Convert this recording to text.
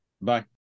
Bye